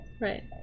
right